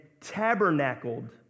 tabernacled